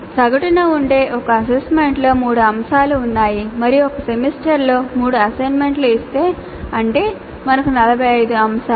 సగటున ఉంటే ఒక అసైన్మెంట్లో మూడు అంశాలు ఉన్నాయి మరియు ఒక సెమిస్టర్లో మూడు అసైన్మెంట్లు ఇస్తే అంటే మనకు 45 అంశాలు